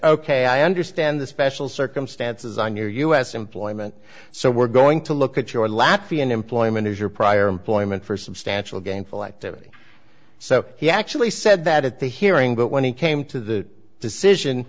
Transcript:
ok i understand the special circumstances on your u s employment so we're going to look at your latvian employment is your prior employment for substantial gainful activity so he actually said that at the hearing but when he came to the decision